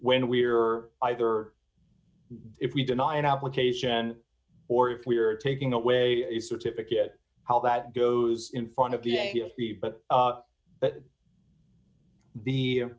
when we are either if we deny an application or if we are taking away a certificate how that goes in front of the accuracy but that the